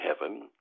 heaven